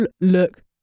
look